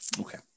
Okay